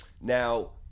Now